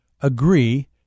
agree